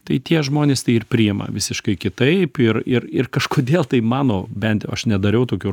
tai tie žmonės tai ir priima visiškai kitaip ir ir ir kažkodėl tai mano bent aš nedariau tokių